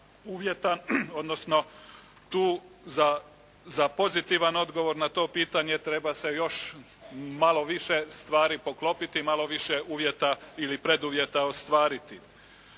odnosno tu za pozitivan odgovor na to pitanje treba se još malo više stvari poklopiti, malo više uvjeta ili preduvjeta ostvariti.